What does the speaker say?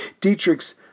Dietrich's